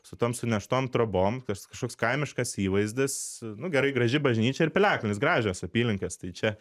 su tom suneštom trobom kažkoks kaimiškas įvaizdis nu gerai graži bažnyčia ir piliakalnis gražios apylinkės tai čia